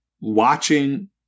watching